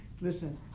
Listen